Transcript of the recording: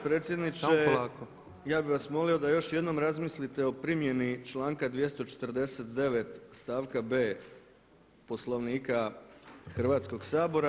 Predsjedniče ja bih vas molio da još jednom razmislite o primjeni članka 249. stavka b. Poslovnika Hrvatskog sabora.